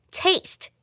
taste